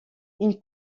une